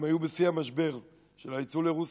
הם היו בשיא המשבר של הייצוא לרוסיה,